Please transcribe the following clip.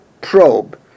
probe